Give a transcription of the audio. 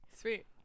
Sweet